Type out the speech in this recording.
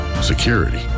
security